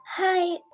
Hi